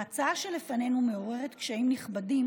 ההצעה שלפנינו מעוררת קשיים נכבדים,